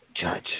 Judge